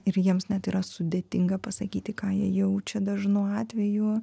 ir jiems net yra sudėtinga pasakyti ką jie jaučia dažnu atveju